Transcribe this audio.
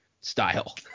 style